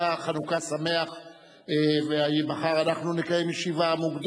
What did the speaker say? שנייה ושלישית, תוך שימת